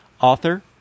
author